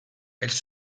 elles